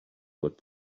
what